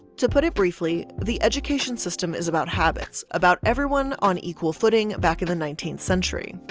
to put it briefly, the education system is about habits. about everyone on equal footing back in the nineteenth century.